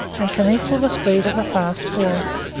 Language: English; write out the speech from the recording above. and can equal the speed of a fast horse,